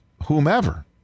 Whomever